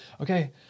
okay